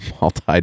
multi